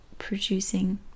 producing